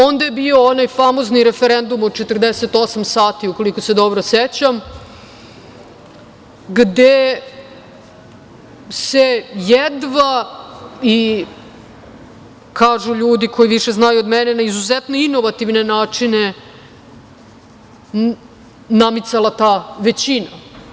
Onda je bio onaj famozni referendum od 48 sati, koliko se dobro sećam, gde se jedva, i kažu ljudi koji više znaju od mene, na izuzetno inovativne načine namicala ta većina.